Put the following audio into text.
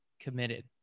committed